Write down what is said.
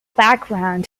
background